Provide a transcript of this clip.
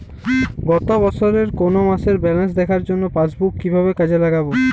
গত বছরের কোনো মাসের ব্যালেন্স দেখার জন্য পাসবুক কীভাবে কাজে লাগাব?